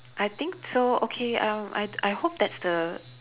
I think so okay um I I hope that's the